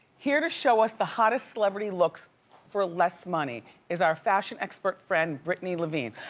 here to show us the hottest celebrity looks for less money is our fashion expert friend, brittney levine.